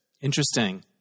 Interesting